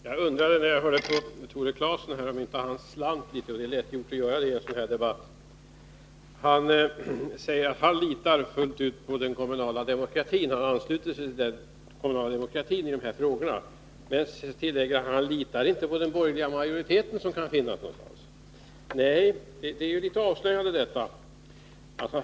Fru talman! Jag undrar om inte Tore Claeson slant litet — det är lätt gjort i en sådan här debatt. Han säger att han litar fullt ut på den kommunala demokratin och ansluter sig till den i dessa frågor. Men sedan tillägger han att han inte litar på den borgerliga majoritet som kan finnas. Detta är litet avslöjande.